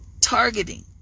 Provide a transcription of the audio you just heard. targeting